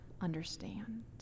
understand